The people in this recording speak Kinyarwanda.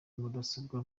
mudasobwa